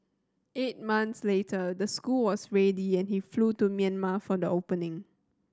eight months later the school was ready and he flew to Myanmar for the opening